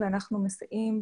אני רוצה לתת מילה לחיילים,